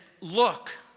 look